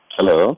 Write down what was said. Hello